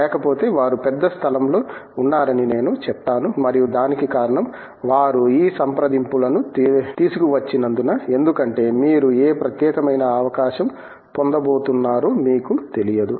లేకపోతే వారు పెద్ద స్థలంలో ఉన్నారని నేను చెప్తాను మరియు దానికి కారణం వారు ఈ సంప్రదింపులను తీసుకువచ్చినందున ఎందుకంటే మీరు ఏ ప్రత్యేకమైన అవకాశం పొందబోతున్నారో మీకు తెలియదు